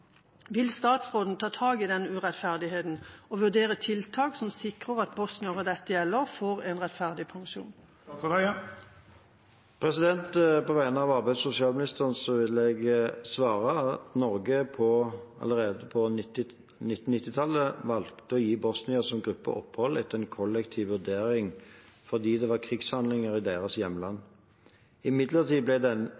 Vil statsråden ta tak i denne urettferdigheten og vurdere tiltak som sikrer at bosniere dette gjelder, får en rettferdig pensjon?» På vegne av arbeids- og sosialministeren vil jeg svare at Norge allerede på 1990-tallet valgte å gi bosniere som gruppe opphold etter en kollektiv vurdering fordi det var krigshandlinger i deres hjemland.